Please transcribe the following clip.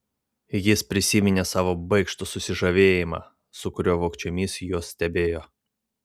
jis prisiminė savo baikštų susižavėjimą su kuriuo vogčiomis juos stebėjo